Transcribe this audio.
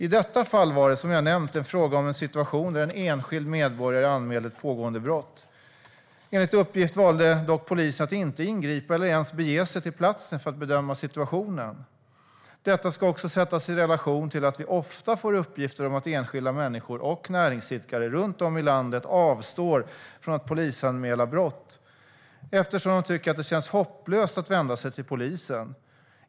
I detta fall var det, som jag har nämnt, en fråga om en situation där en enskild medborgare anmälde ett pågående brott. Enligt uppgift valde dock polisen att inte ingripa eller ens bege sig till platsen för att bedöma situationen. Detta ska också sättas i relation till att vi ofta får uppgifter om att enskilda människor och näringsidkare runt om i landet avstår från att po-lisanmäla brott eftersom de tycker att det känns hopplöst att vända sig till polisen.